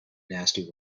nasty